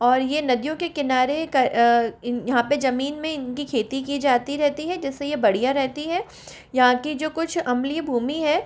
और ये नदियों के किनारे यहाँ पे जमीन में इनकी खेती की जाती रहती है जिससे ये बढ़िया रहती है यहाँ की जो कुछ अम्लीय भूमि है